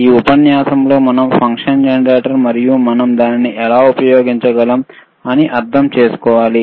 ఈ ఉపన్యాసం లో మనం ఫంక్షన్ జెనరేటర్ మరియు మనం దానిని ఎలా ఉపయోగించగలం అని అర్థం చేసుకోవాలి